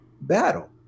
battle